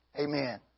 Amen